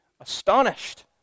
astonished